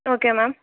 okay ma'am